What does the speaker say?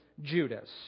Judas